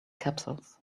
capsules